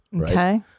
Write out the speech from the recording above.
Okay